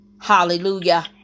Hallelujah